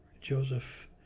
Joseph